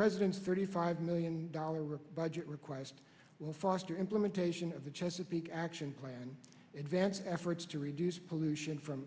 president's thirty five million dollar budget request will foster implementation of the chesapeake action plan advance efforts to reduce pollution from